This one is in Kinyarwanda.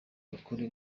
abakuru